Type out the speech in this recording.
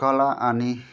कला अनि